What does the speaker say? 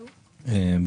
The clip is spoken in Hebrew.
בבקשה.